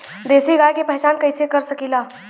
देशी गाय के पहचान कइसे कर सकीला?